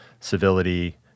civility